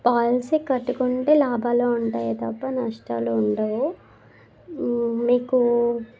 policy కట్టుకుంటే లాభాలో ఉంటాయే తప్ప నష్టాలు ఉండవు మీకు